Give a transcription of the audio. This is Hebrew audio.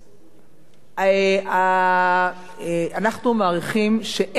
אנחנו מעריכים שאין סכנה כזאת,